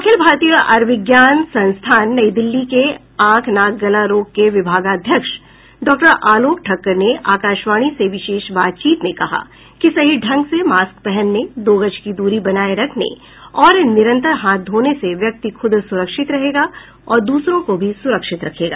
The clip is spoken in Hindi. अखिल भारतीय आयुर्विज्ञान संस्थान नई दिल्ली के आंख नाक गला रोग के विभागाध्यक्ष डॉक्टर आलोक ठक्कर ने आकाशवाणी से विशेष बातचीत में कहा कि सही ढंग से मास्क पहनने दो गज की दूरी बनाए रखने और निरंतर हाथ धोने से व्यक्ति खुद सुरक्षित रहेगा और दूसरों को भी सुरक्षित रखेगा